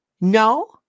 No